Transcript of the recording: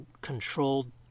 controlled